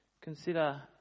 Consider